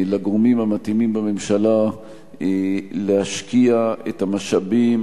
לגורמים המתאימים בממשלה להשקיע את המשאבים